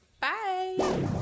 bye